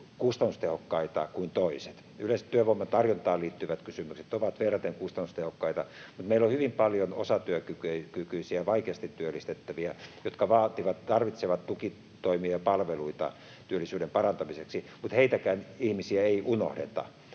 kustannustehokkaita kuin toiset. Yleensä työvoiman tarjontaan liittyvät kysymykset ovat verraten kustannustehokkaita, mutta meillä on hyvin paljon osatyökykyisiä vaikeasti työllistettäviä, jotka tarvitsevat tukitoimia ja palveluita työllisyyden parantamiseksi, mutta heitäkään ihmisiä ei unohdeta,